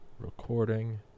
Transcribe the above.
Recording